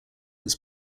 its